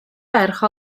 ferch